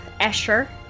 Escher